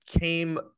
came